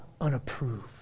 unapproved